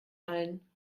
allen